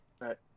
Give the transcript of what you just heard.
Right